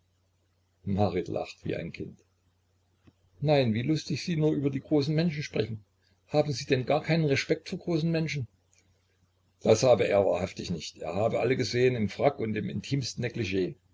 marit lachte wie ein kind nein wie lustig sie nur über die großen menschen sprechen haben sie denn gar keinen respekt vor großen menschen das habe er wahrhaftig nicht er habe sie alle gesehen im frack und im intimsten